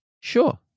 sure